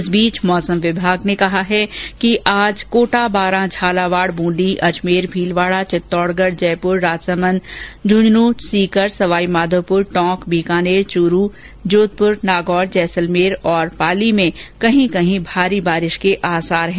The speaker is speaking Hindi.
इस बीच मौसम विभाग ने कहा है कि आज कोटा बारां झालावाड़ ब्रूंदी अजमेर भीलवाड़ा चित्तौडगढ़ जयपुर राजसमन्द झुन्झुनू सीकर सवाईमाधोपुर टोंक बीकानेर चुरु जोधपुर नागौर जैसलमेर पाली जिलों में आज कहीं कहीं पर भारी वर्षा के आसार हैं